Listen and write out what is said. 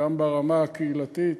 גם ברמה הקהילתית,